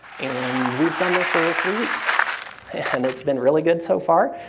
and we've done this for three weeks and it's been really good so far.